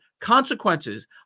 consequences